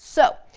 so,